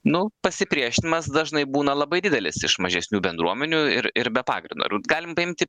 nu pasipriešinimas dažnai būna labai didelis iš mažesnių bendruomenių ir ir be pagrindo galim paimti